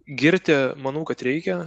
girti manau kad reikia